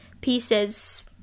pieces